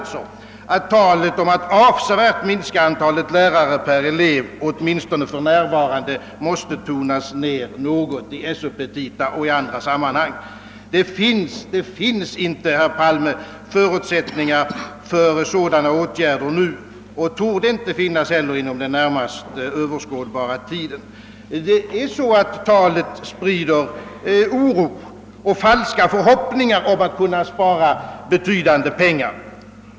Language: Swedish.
Det rådande talet om att avsevärt mins ka antalet lärare per elev måste åtminstone för närvarande tonas ned i SÖ-petita och i andra sammanhang. Det: finns inte, herr Palme, förutsättningar för sådana åtgärder nu och torde inte heller komma att finnas inom den närmast överskådbara tiden. Detta tal sprider oro och falska förhoppningar om att kunna spara in betydande: pengar.